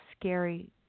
scary